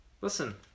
Listen